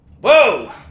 Whoa